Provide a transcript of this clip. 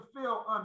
feel